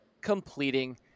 Completing